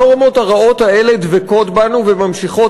הנורמות הרעות האלה דבקות בנו וממשיכות